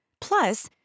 Plus